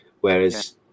Whereas